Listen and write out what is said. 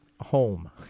home